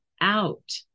out